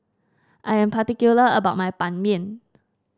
I am particular about my Ban Mian